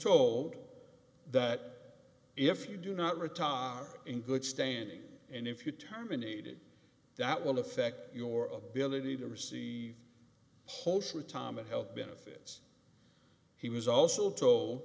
told that if you do not retire in good standing and if you terminated that will affect your ability to receive holsworth tama health benefits he was also